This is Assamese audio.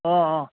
অঁ অঁ